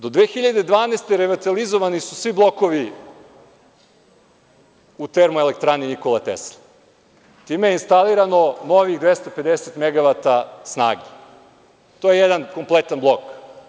Do 2012. godine revitalizovani su svi blokovi u TE „Nikola Tesla“ i time je instalirano novih 250 megavata snage i to je jedan kompletan blok.